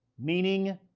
meaning.